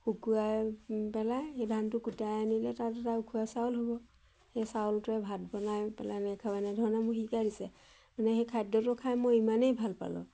শুকুৱাই পেলাই সেই ধানটো কুটাই আনিলে তাত এটা উখোৱা চাউল হ'ব সেই চাউলটোৱে ভাত বনাই পেলাই খাব এনেধৰণে মোৰ শিকাই দিছে মানে সেই খাদ্যটো খাই মই ইমানেই ভাল পালোঁ